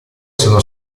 sono